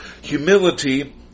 humility